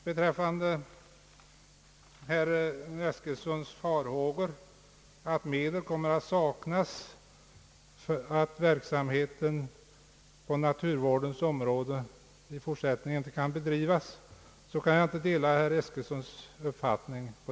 Jag kan inte dela herr Eskilssons farhågor att medel kommer att saknas för att verksamheten på naturvårdens område i fortsättningen skall kunna bedrivas.